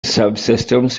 subsystems